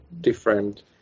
different